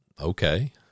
Okay